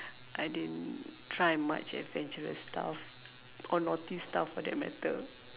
I didn't try much adventurous stuff or naughty stuff for that matter